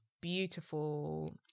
Beautiful